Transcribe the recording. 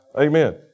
Amen